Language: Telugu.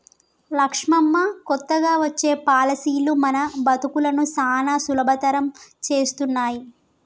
లక్ష్మమ్మ కొత్తగా వచ్చే పాలసీలు మన బతుకులను సానా సులభతరం చేస్తున్నాయి